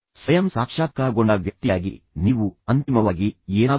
ಸ್ವಯಂ ಸಾಕ್ಷಾತ್ಕಾರಗೊಂಡ ವ್ಯಕ್ತಿಯಾಗಿ ನೀವು ಅಂತಿಮವಾಗಿ ಏನಾಗುತ್ತೀರಿ